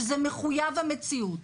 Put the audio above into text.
שזה מחויב המציאות,